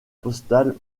postales